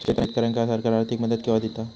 शेतकऱ्यांका सरकार आर्थिक मदत केवा दिता?